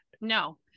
No